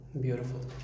beautiful